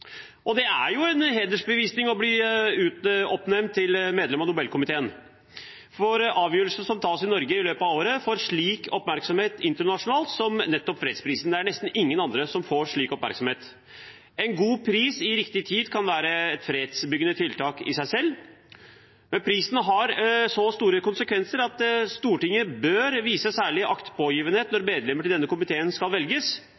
Og det er jo en hedersbevisning å bli oppnevnt som medlem av Nobelkomiteen. Få avgjørelser som tas i Norge i løpet av året, får slik oppmerksomhet internasjonalt som nettopp fredsprisen. Det er nesten ingen andre som får slik oppmerksomhet. En god pris i riktig tid kan være et fredsbyggende tiltak i seg selv, men prisen har så store konsekvenser at Stortinget bør vise særlig aktpågivenhet når medlemmer av denne komiteen skal velges.